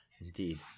Indeed